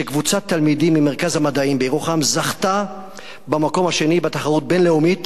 שקבוצת תלמידים ממרכז המדעים בירוחם זכתה במקום השני בתחרות בין-לאומית